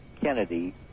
Kennedy